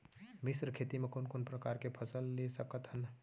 मिश्र खेती मा कोन कोन प्रकार के फसल ले सकत हन?